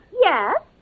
Yes